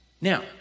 Now